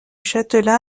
châtelain